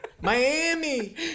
Miami